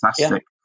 fantastic